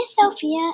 Sophia